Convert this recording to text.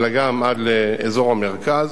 אלא גם עד לאזור המרכז.